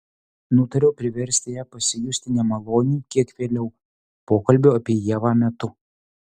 nutariau priversti ją pasijusti nemaloniai kiek vėliau pokalbio apie ievą metu